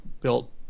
built